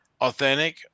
authentic